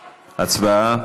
הצבעה.